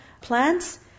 plants